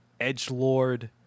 edgelord